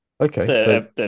Okay